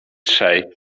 trzej